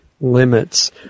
limits